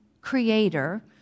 creator